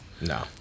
No